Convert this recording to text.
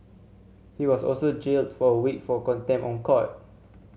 he was also jailed for a week for contempt of court